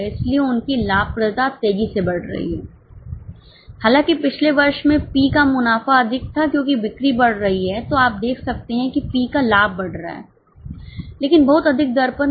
इसलिए उनकी लाभप्रदता तेजी से बढ़ रही है हालांकि पिछले वर्ष में P का मुनाफा अधिक था क्योंकि बिक्री बढ़ रही है तो आप देख सकते हैं कि P का लाभ बढ़ रहा है लेकिन बहुत अधिक दर पर नहीं